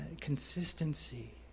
consistency